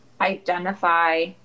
identify